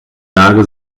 lage